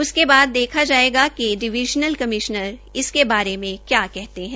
उसके बाद देखा जायेगा कि डिवीज़नल कमीशनर इसके बारे मे क्या कहते है